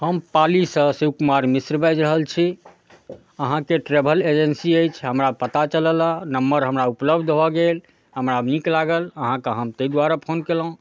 हम पालीसँ शिवकुमार मिश्र बाजि रहल छी अहाँके ट्रैवल एजेन्सी अछि हमरा पता चलल अइ नम्बर हमरा उपलब्ध भऽ गेल हमरा नीक लागल अहाँके हम ताहि दुआरे फोन कएलहुँ